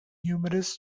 numerous